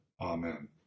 Amen